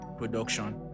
production